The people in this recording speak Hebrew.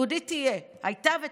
יהודית תהיה, הייתה ותהיה.